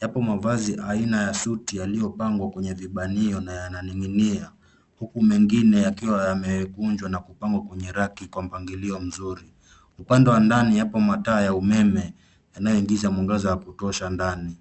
Yapo mavazi aina ya suti yaliyo pangwa kwenye vibanio na yana ning'inia huku mengine yakiwa yamekunjwa na kupangwa kwenye raki kwa mpangilio mzuri. Upande wa ndani yako mataa ya umeme yanayo ingiza mwangaza wa kutosha ndani.